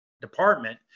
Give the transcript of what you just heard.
department